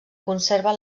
conserva